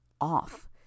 off